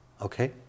Okay